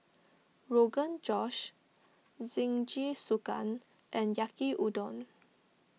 Rogan Josh Jingisukan and Yaki Udon